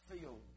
field